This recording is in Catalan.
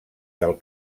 del